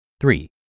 Three